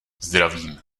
zdravím